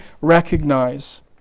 recognize